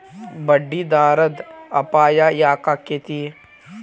ಬಡ್ಡಿದರದ್ ಅಪಾಯ ಯಾಕಾಕ್ಕೇತಿ?